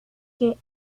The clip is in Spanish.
que